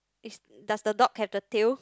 is does the dog have the tail